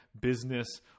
business